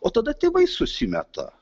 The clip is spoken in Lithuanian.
o tada tėvai susimeta